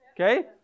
Okay